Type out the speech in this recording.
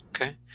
Okay